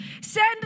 Send